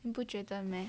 你不觉得 meh